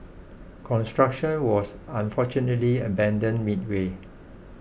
construction was unfortunately abandoned midway